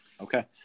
Okay